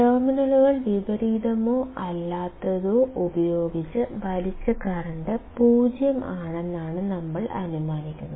ടെർമിനലുകൾ വിപരീതമോ അല്ലാത്തതോ ഉപയോഗിച്ച് വലിച്ച കറന്റ് 0 ആണെന്ന് നമ്മൾ അനുമാനിക്കുന്നു